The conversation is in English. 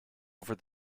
over